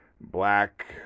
black